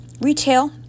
retail